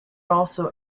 also